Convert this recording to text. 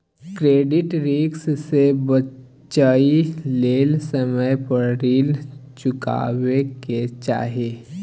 credit risk से बचइ लेल समय पर रीन चुकाबै के चाही